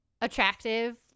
attractive